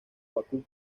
bakú